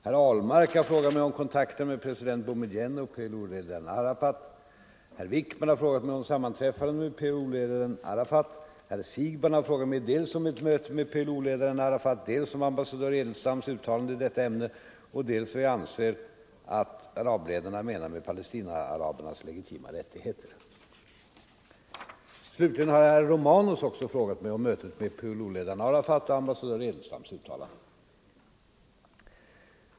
Herr Ahlmark har frågat mig om kontakterna med president Boumédienne och PLO-ledaren Arafat. Herr Wijkman har frågat mig om sammanträffandet med PLO-ledaren Arafat. Herr Siegbahn har frågat mig dels om mitt möte med PLO-ledaren Arafat, dels om ambassadör Edelstams uttalande i detta ämne och dels vad jag anser att arabledarna menar med palestinaarabernas legitima rättigheter. Slutligen har herr Romanus också frågat mig om mötet med PLO ledaren Arafat och om ambassadör Edelstams uttalande.